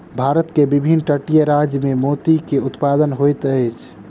भारत के विभिन्न तटीय राज्य में मोती के उत्पादन होइत अछि